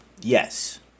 yes